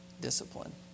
discipline